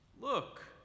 Look